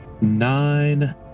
nine